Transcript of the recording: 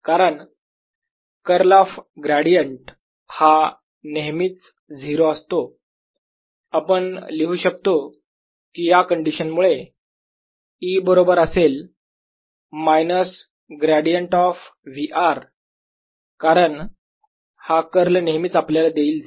कारण curl of gradient हा नेहमीच 0 असतो आपण लिहू शकतो कि या कंडीशन मुळे E बरोबर असेल minus gradient of V R कारण हा कर्ल नेहमीच आपल्याला देईल 0